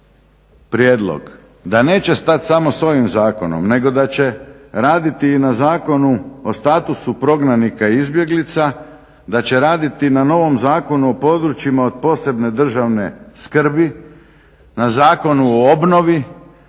prijedlog, da neće stat samo s ovim zakonom nego da će raditi i na Zakonu o statusu prognanika i izbjeglica, da će raditi na novom Zakonu o područjima od posebne državne skrbi, na Zakoni o obnovi,